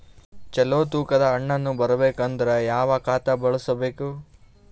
ಚಲೋ ತೂಕ ದ ಹಣ್ಣನ್ನು ಬರಬೇಕು ಅಂದರ ಯಾವ ಖಾತಾ ಬಳಸಬೇಕು?